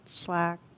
slack